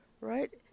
right